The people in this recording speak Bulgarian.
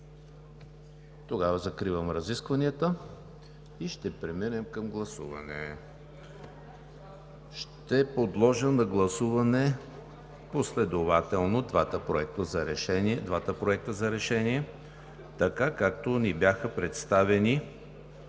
Няма. Закривам разискванията и ще преминем към гласуване. Ще подложа на последователно гласуване двата проекта за решение така, както ни бяха представени